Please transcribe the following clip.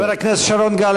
חבר הכנסת שרון גל,